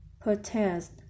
protest